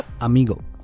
Amigo